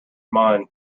mine